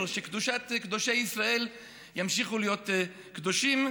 שקדושי ישראל ימשיכו להיות קדושים,